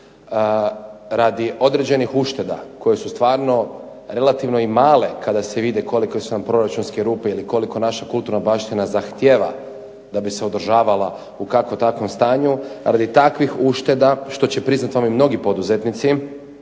Radi određenih ušteda koje su stvarno relativno i male kada se vide kolike su nam proračunske rupe ili koliko naša kulturna baština zahtijeva da bi se održavala u kakvom takvom stanju radi takvih ušteda što će priznati vam i mnogi poduzetnici